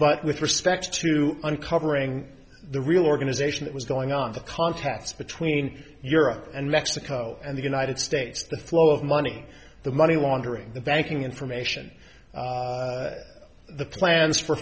but with respect to uncovering the reorganization that was going on the contacts between europe and mexico and the united states the flow of money the money laundering the banking information the plans for